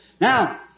Now